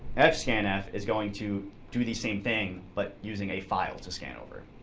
fscanf is going to do the same thing but using a file to scan over.